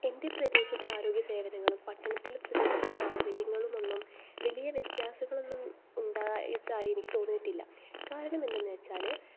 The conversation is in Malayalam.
എൻ്റെ പ്രദേശത്തെ ആരോഗ്യ സേവനങ്ങളും പട്ടണത്തിലെ പ്രദേശത്തെ സൗകര്യങ്ങളും ഒന്നും വലിയ വ്യത്യാസങ്ങളൊന്നും ഉണ്ടായതായി എനിക്ക് തോന്നിയിട്ടില്ല കാരണമെന്തെന്നുവച്ചാല്